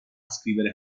scrivere